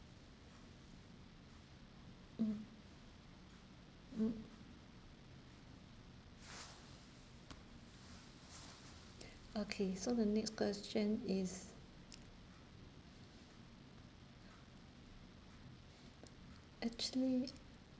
mm mm okay so the next question is actually